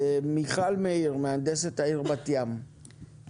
מיכל מאיר, מהנדסת העיר בת ים, בבקשה.